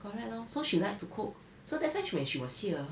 correct lor so she likes to cook so that's why when she was here